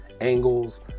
angles